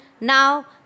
Now